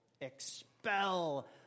Expel